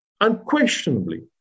unquestionably